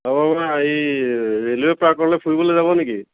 অঁ ৰেলৱে পাৰ্কলৈ ফুৰিবলৈ যাব নেকি